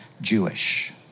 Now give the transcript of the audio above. Jewish